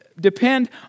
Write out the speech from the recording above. depend